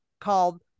called